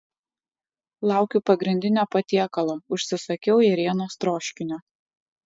laukiu pagrindinio patiekalo užsisakiau ėrienos troškinio